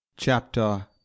Chapter